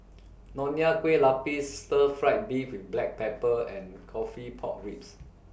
Nonya Kueh Lapis Stir Fried Beef with Black Pepper and Coffee Pork Ribs